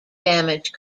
damage